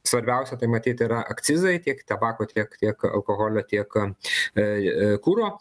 svarbiausia tai matyt yra akcizai tiek tabako tiek alkoholio tiek kuro